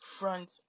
front